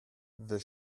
the